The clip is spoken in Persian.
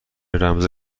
رمز